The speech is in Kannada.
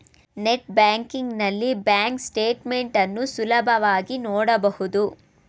ನೆಟ್ ಬ್ಯಾಂಕಿಂಗ್ ನಲ್ಲಿ ಬ್ಯಾಂಕ್ ಸ್ಟೇಟ್ ಮೆಂಟ್ ಅನ್ನು ಸುಲಭವಾಗಿ ನೋಡಬಹುದು